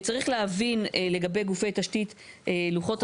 צריך להבין, לגבי גופי תשתית, לוחות